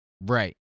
Right